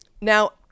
now